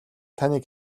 таныг